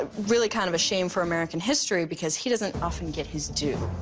ah really kind of a shame for american history because he doesn't often get his due.